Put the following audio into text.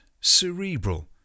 cerebral